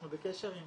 אנחנו בקשר עם